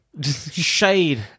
Shade